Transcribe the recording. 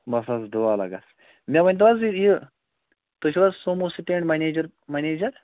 بس حظ دُعا لَگس مےٚ ونۍتَو حظ یہِ تُہۍ چھو حظ سومو سٹینڈ منیجَر